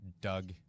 Doug